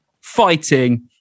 fighting